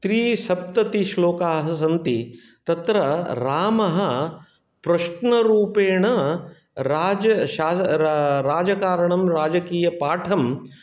त्रिसप्ततिश्लोकाः सन्ति तत्र रामः प्रश्नरूपेण राजशास रा राजकारणं राजकीयपाठं